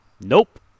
Nope